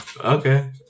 Okay